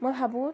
মই ভাবোঁ